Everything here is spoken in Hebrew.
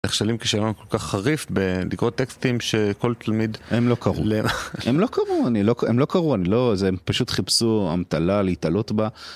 נשכלים כשלון כל כך חריף בלקרוא טקסטים שכל תלמיד... הם לא קראו. הם לא קראו, הם לא קראו, הם פשוט חיפשו אמתלה להתלות בה.